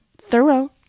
thorough